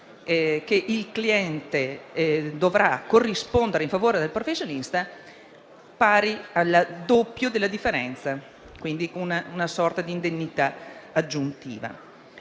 del cliente di una somma in favore del professionista pari al doppio della differenza, quindi una sorta di indennità aggiuntiva.